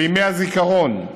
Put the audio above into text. בימי הזיכרון,